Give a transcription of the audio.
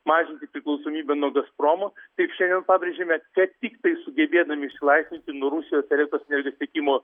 mažinti priklausomybę nuo gazpromo kaip seniau pabrėžėme kad tiktai sugebėdami išsilaisvinti nuo rusijos elektros energijos tiekimo